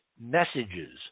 messages